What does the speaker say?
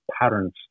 patterns